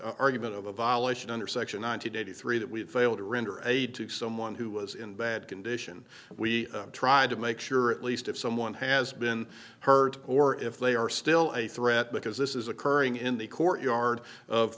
argument of a violation under section one hundred eighty three that we had failed to render aid to someone who was in bad condition we tried to make sure at least if someone has been hurt or if they are still a threat because this is occurring in the courtyard of